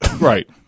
right